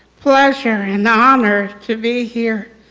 pleasure and honor to be here